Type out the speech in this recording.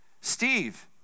Steve